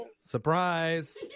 Surprise